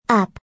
up